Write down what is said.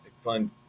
fun